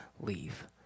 leave